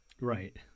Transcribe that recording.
right